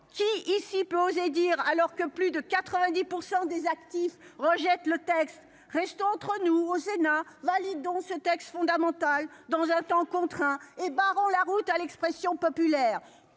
qui ici peut oser dire alors que plus de 90% des actifs rejette le texte, restons entre nous au Sénat valide ce texte fondamental dans un temps contraint et barrant la route à l'expression populaire